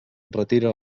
retira